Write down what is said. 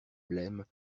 blême